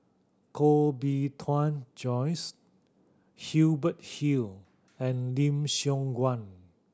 Koh Bee Tuan Joyce Hubert Hill and Lim Siong Guan